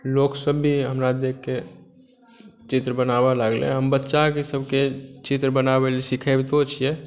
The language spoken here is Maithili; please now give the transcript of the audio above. लोक सब भी हमरा देखकेँ चित्र बनाबऽ लागलै हम बच्चा सबकेँ चित्र बनाबै लऽ सिखैबतो छियै